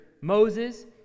Moses